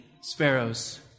sparrows